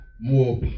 more